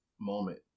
moment